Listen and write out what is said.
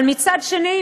אבל מצד שני,